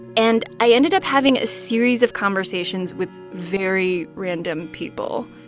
and i ended up having a series of conversations with very random people